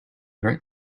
right